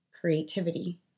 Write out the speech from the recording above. creativity